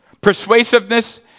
persuasiveness